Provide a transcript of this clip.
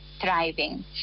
thriving